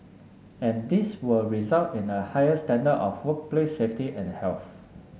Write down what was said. and this will result in a higher standard of full play safety and health